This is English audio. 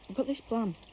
but this plan.